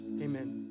amen